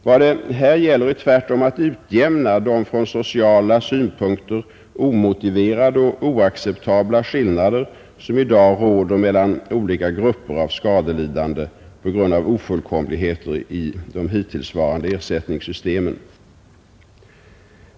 Vad det här gäller är tvärtom att utjämna de från sociala synpunkter omotiverade och oacceptabla skillnader som i dag råder mellan olika grupper av skadelidande på grund av ofullkomligheter i de hittillsvarande ersättningssystemen.